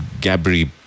Gabri